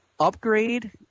upgrade